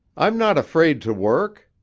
i'm not afraid to work.